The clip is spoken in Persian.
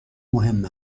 مهم